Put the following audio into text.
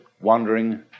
wandering